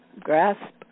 grasp